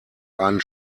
einen